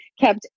kept